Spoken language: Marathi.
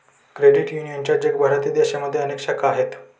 क्रेडिट युनियनच्या जगभरातील देशांमध्ये अनेक शाखा आहेत